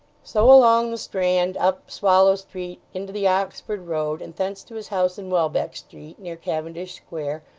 so along the strand, up swallow street, into the oxford road, and thence to his house in welbeck street, near cavendish square,